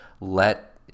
let